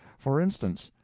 for instance,